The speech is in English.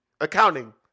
Accounting